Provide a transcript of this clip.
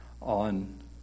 on